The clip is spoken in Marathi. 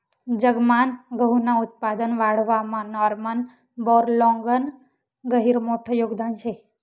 जगमान गहूनं उत्पादन वाढावामा नॉर्मन बोरलॉगनं गहिरं मोठं योगदान शे